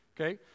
okay